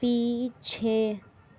पीछे